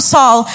Saul